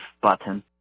button